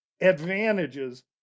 advantages